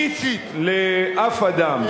אישית לאף אדם,